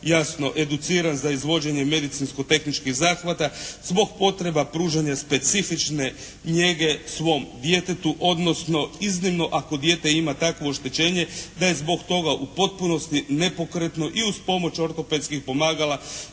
jasno educiran za izvođenje medicinsko-tehničkih zahvata zbog potreba pružanja specifične njege svom djetetu, odnosno iznimno ako dijete ima takvo oštećenje da je zbog toga u potpunosti nepokretno i uz pomoć ortopedskih pomagala